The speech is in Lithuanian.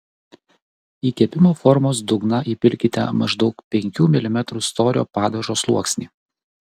į kepimo formos dugną įpilkite maždaug penkių milimetrų storio padažo sluoksnį